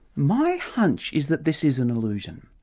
my hunch is that this is an illusion.